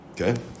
okay